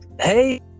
Hey